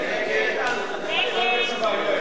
התש"ע 2009,